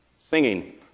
singing